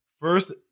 First